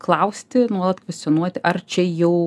klausti nuolat kvestionuoti ar čia jau